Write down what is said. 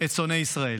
את שונאי ישראל.